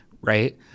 right